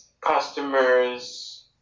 customers